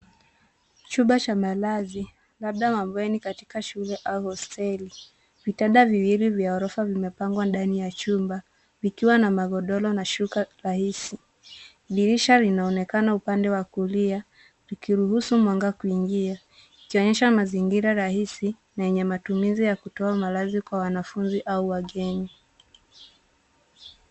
Chumba cha malazi, labda mabweni katika shule au hosteli. Vitanda viwili vya ghorofa vimepangwa ndani ya chumba vikiwa na magodoro na shuka rahisi. Dirisha linaonekana upande wa kulia likiruhusu mwanga kuingia. Ikionyesha mazingira rahisi na yenye matumizi ya kutoa malazi kwa wanafunzi au wageni.